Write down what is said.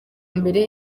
mbere